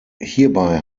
hierbei